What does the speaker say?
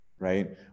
right